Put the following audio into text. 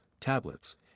tablets